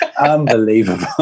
unbelievable